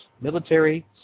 military